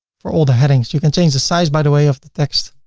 for all the headings you can change the size, by the way, of the text.